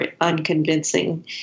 unconvincing